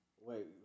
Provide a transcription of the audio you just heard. Wait